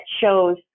shows